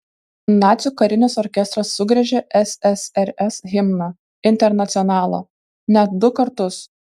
nacių karinis orkestras sugriežė ssrs himną internacionalą net du kartus